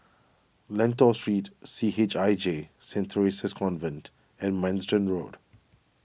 Lentor Street C H I J Saint theresa's Convent and Manston Road